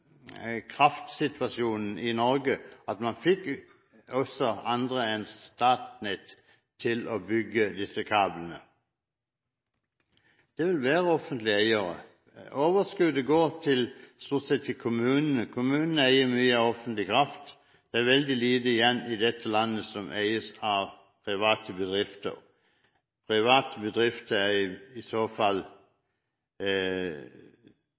kraftsituasjonen i Norge om man fikk også andre enn Statnett til å bygge disse kablene. Det vil være offentlige eiere. Overskuddet går stort sett til kommunene – kommunene eier jo mye av den offentlige kraften. Det er veldig lite igjen i dette landet som eies av private bedrifter. De private bedriftene er i så fall